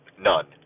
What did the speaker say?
none